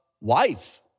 wife